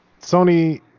Sony